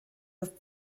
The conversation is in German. das